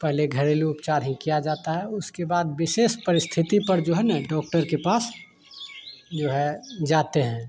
पहले घरेलू उपचार हीं किया जाता है उसके बाद विशेष परिस्थिति पर जो है न डॉक्टर के पास जो है जाते हैं